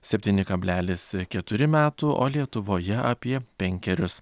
septyni kablelis keturi metų o lietuvoje apie penkerius